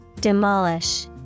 Demolish